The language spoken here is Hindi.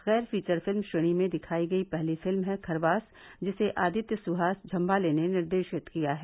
गैर फीचर फिल्म श्रेणी में दिखाई गई पहली फिल्म है खरवास जिसे आदित्य सुहास झम्बाले ने निर्देशित किया है